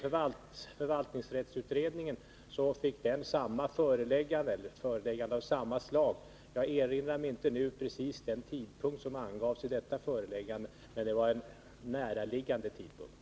Förvaltningsrättskommittén fick ett föreläggande av samma slag. Jag erinrar mig inte nu precis den tidpunkt som därvid angavs, men den var näraliggande den tidpunkt som angavs för de båda andra utredningarna.